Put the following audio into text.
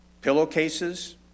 pillowcases